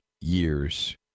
years